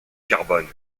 carbone